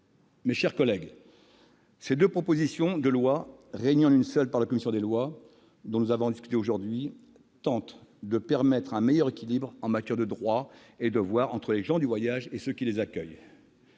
mes chers collègues. Les deux propositions de loi réunies en une seule par la commission des lois qui nous occupent tendent à permettre un meilleur équilibre, en matière de droits et de devoirs, entre les gens du voyage et ceux qui les accueillent.